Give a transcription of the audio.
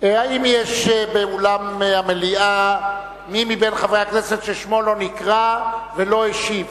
האם יש באולם המליאה מי מבין חברי הכנסת ששמו לא נקרא ולא השיב